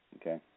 Okay